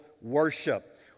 worship